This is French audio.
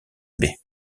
baie